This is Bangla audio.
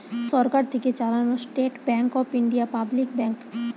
সরকার থেকে চালানো state bank of India public bank